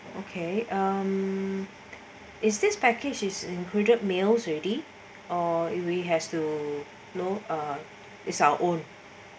okay um is this package is included meals already or it we has to know is our own